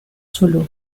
solo